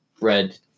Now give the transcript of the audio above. red